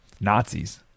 Nazis